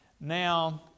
Now